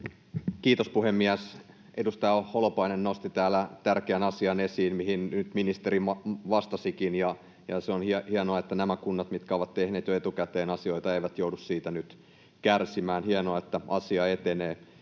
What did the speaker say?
Kiitos, puhemies! Edustaja Holopainen nosti täällä esiin tärkeän asian, mihin nyt ministeri vastasikin. Se on hienoa, että nämä kunnat, mitkä ovat tehneet jo etukäteen asioita, eivät joudu siitä nyt kärsimään. Hienoa, että asia etenee.